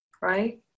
right